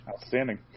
Outstanding